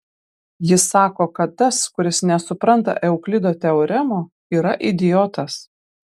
jis sako kad tas kuris nesupranta euklido teoremų yra idiotas